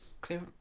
clear